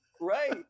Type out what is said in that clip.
Right